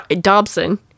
Dobson